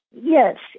Yes